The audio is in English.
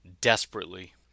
desperately